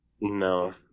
No